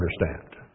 understand